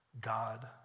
God